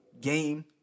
game